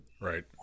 Right